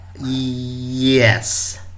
yes